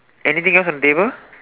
anything else on table